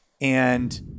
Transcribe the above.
and-